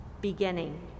beginning